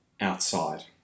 outside